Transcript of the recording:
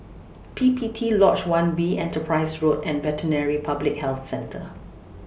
P P T Lodge one B Enterprise Road and Veterinary Public Health Centre